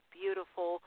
beautiful